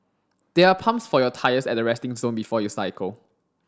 there are pumps for your tyres at the resting zone before you cycle